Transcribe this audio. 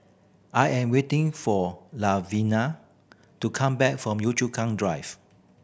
I am waiting for Lavinia to come back from Yio Chu Kang Drive